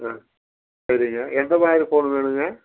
ஆ சரிங்க எந்தமாதிரி ஃபோன் வேணுங்க